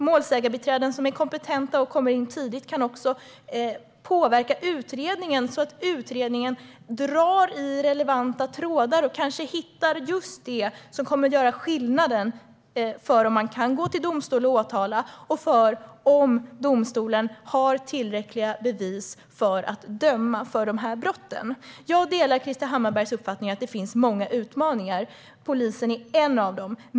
Målsägarbiträden som är kompetenta och kommer in tidigt kan också påverka utredningen så att man drar i relevanta trådar och kanske hittar just det som kommer att göra skillnad för om man kan gå till domstol och åtala och för om domstolen har tillräckliga bevis för att döma för de här brotten. Jag delar Krister Hammarberghs uppfattning att det finns många utmaningar; polisen är en av dem.